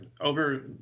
over